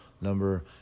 number